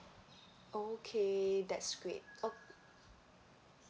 okay that's great oh